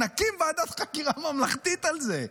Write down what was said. נקים ועדת חקירה ממלכתית על זה.